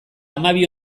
hamabi